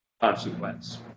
consequence